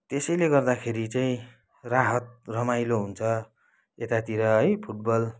त्यसैले गर्दाखेरि चाहिँ राहत रमाइलो हुन्छ यतातिर है फुटबल